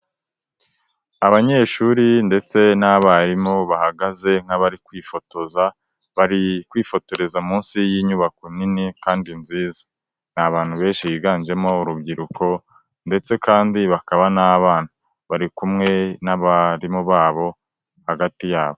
Abanyeshuri ndetse n'abarimu bahagaze nk'abari kwifotoza, bari kwifotoreza munsi y'inyubako nini kandi nziza, ni abantu benshi biganjemo urubyiruko ndetse kandi bakaba n'abana, bari kumwe n'abarimu babo hagati yabo.